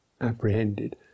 apprehended